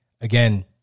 again